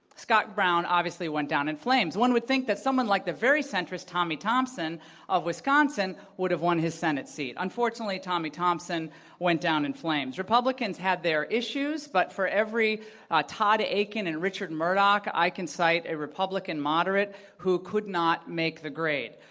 scott brown obviously went down in flames. one would think that someone like the very centrist tommy thompson of wisconsin would have won his senate seat. unfortunately tommy thompson went down in flames. republicans had their issues, but for every ah todd aiken and richard murdoch, i can cite a republican moderate who could not make the grade.